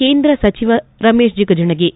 ಕೇಂದ್ರ ಸಚಿವ ರಮೇಶ್ ಜೆಗಜೆಣಗಿ